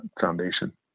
foundation